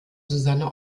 susanne